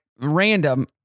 random